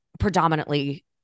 predominantly